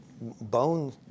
bone